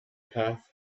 path